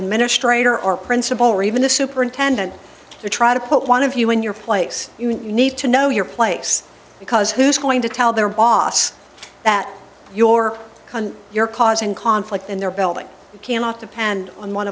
administrator or principal or even the superintendent to try to put one of you in your place you need to know your place because who's going to tell their boss that your you're causing conflict in their building you cannot depend on one